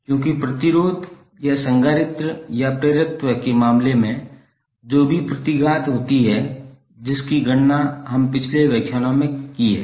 क्योंकि प्रतिरोध या संधारित्र या प्रेरकत्व के मामले में जो भी प्रतिघात होती है जिसकी गणना हम पिछले व्याख्यानों में करते हैं